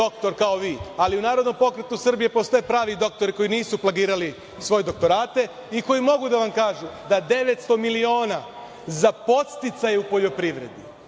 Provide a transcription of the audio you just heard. doktor kao vi, ali u NPS postoje pravi doktori koji nisu plagirali svoje doktorate i koji mogu da vam kažu da 900 miliona za podsticaj u poljoprivredi